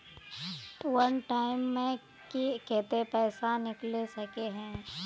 वन time मैं केते पैसा निकले सके है?